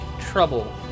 Trouble